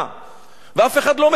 ואף אחד לא מקיים את זה,